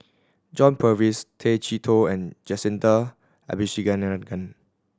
John Purvis Tay Chee Toh and Jacintha Abisheganaden